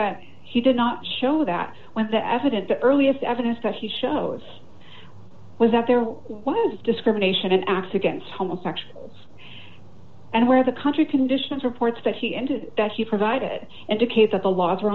that he did not show that when the evident the earliest evidence that he shows was that there was discrimination acts against homosexuals and where the country conditions reports that he and that he provided indicate that the laws